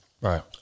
Right